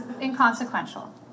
inconsequential